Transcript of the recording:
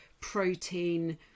protein